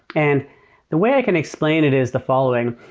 and the way i can explain it is the following.